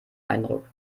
eindruck